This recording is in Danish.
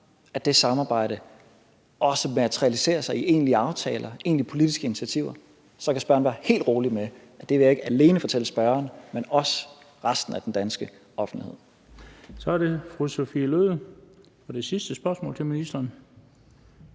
snart det samarbejde også materialiserer sig i egentlige aftaler, egentlige politiske initiativer, så kan spørgeren være helt rolig for, at jeg ikke alene vil fortælle spørgeren det, men også resten af den danske offentlighed. Kl. 17:29 Den fg. formand (Bent Bøgsted): Så er det fru Sophie Løhde for det sidste spørgsmål til ministeren.